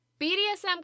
BDSM